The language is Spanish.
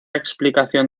explicación